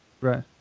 Right